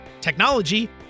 technology